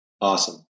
Awesome